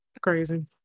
crazy